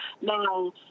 now